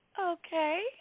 Okay